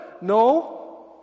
No